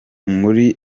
muri